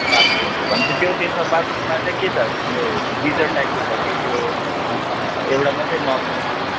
बाथरुमको भनेपछि त्यो त्यसमा बाथरुममा चाहिँ के छ तिम्रो त्यो गिजर टाइपको छ कि त्यो एउटा मात्रै नल छ कि